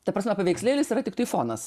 ta prasme paveikslėlis yra tiktai fonas